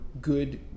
good